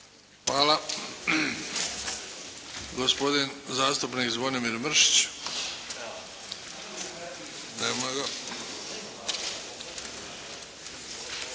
Hvala. Gospodin zastupnik Zvonimir Mršić. Nema ga.